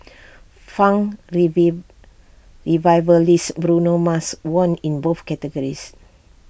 funk revive revivalist Bruno Mars won in both categories